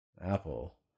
apple